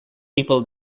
people